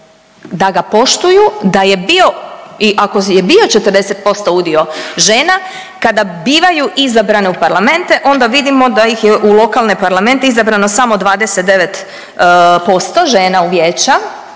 da ga poštuju, da je bio i ako je bio 40% udio žena, kada bivaju izabrane u parlamente, onda vidimo da ih je u lokalne parlamente izabrano samo 29% žena u vijeća,